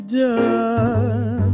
done